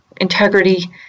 integrity